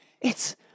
It's